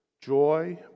joy